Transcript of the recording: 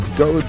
go